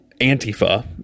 Antifa